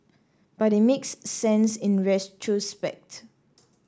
but it makes sense in retrospect